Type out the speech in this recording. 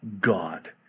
God